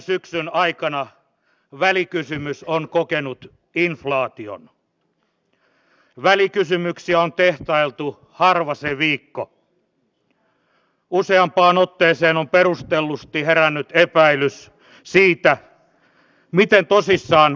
kustannusarvioiden osalta kyse on useiden satojen miljoonien eurojen kokonaisuuksista ja samalla lisävelanottotarpeesta mikäli turvapaikanhakijoita tulee maahamme selvästi arvioitua enemmän